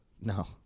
no